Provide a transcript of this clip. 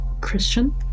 Christian